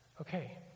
Okay